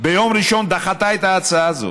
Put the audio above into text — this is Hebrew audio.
ביום ראשון דחתה את ההצעה הזאת.